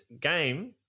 game